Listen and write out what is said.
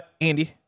Andy